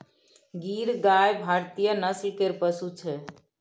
गीर गाय भारतीय नस्ल केर पशु छै